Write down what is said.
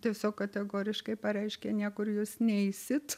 tiesiog kategoriškai pareiškė niekur jūs neisit